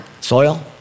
soil